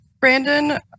Brandon